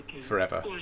forever